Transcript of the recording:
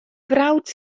frawd